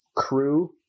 crew